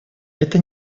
это